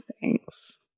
thanks